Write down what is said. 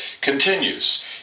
continues